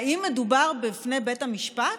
האם בפני בית המשפט?